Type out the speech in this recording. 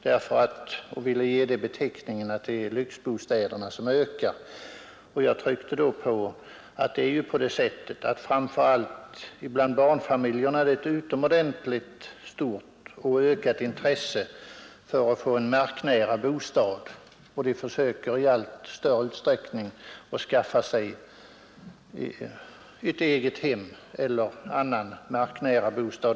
Han ville nämligen tyda det så att lyxbostäderna ökar. Jag tryckte då på att framför allt barnfamiljerna har ett mycket stort och ökande intresse för att få en marknära bostad. De försöker också i allt större utsträckning att skaffa sig ett eget hem eller annan sådan bostad.